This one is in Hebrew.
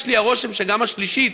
ויש לי הרושם שגם השלישית,